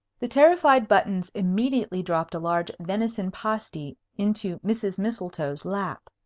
the terrified buttons immediately dropped a large venison pasty into mrs. mistletoe's lap.